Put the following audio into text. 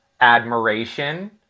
admiration